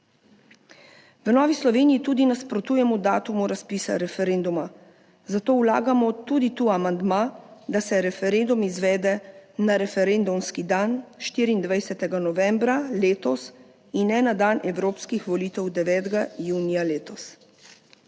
V Novi Sloveniji tudi nasprotujemo datumu razpisa referenduma, zato vlagamo tudi tu amandma, da se referendum izvede na referendumski dan 24. novembra letos in ne na dan evropskih volitev 9. junija letos.